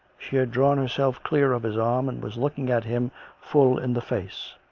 she had drawn her self clear of his arm and was looking at him full in the face.